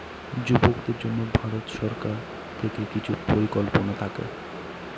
যুবকদের জন্য ভারত সরকার থেকে কিছু পরিকল্পনা থাকে